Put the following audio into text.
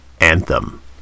anthem